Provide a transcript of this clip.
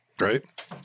Right